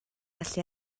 gallu